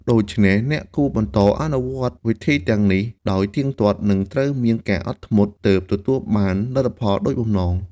ដូច្នេះអ្នកគួរបន្តអនុវត្តវិធីទាំងនេះដោយទៀងទាត់ និងត្រូវមានការអត់ធ្មត់ទើបទទួលបានលទ្ធផលដូចបំណង។